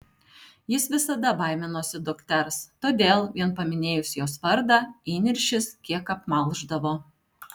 jis visada baiminosi dukters todėl vien paminėjus jos vardą įniršis kiek apmalšdavo